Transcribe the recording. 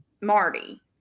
marty